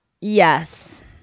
Yes